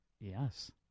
Yes